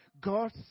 God